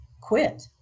quit